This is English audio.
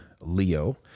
Leo